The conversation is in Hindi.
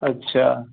अच्छा